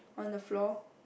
on the floor